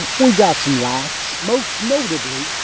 um we got some likes. most notably.